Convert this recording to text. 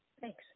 thanks